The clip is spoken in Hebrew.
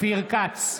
אופיר כץ,